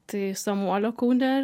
tai samuolio kaune